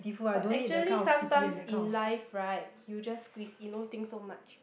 but actually sometimes in life right you just squeeze in don't think so much